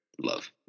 Love